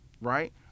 right